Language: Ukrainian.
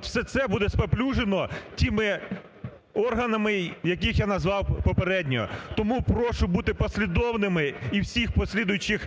все це буде спаплюжено тими органами, яких я назвав попередньо. Тому прошу бути послідовними, і в усіх послідуючих